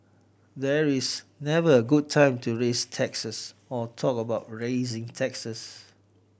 there is never a good time to raise taxes or talk about raising taxes